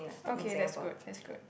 okay that's good that's good